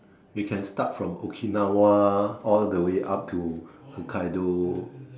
we can start from Okinawa all the way up to Hokkaido